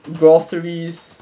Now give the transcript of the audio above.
groceries